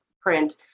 print